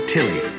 Tilly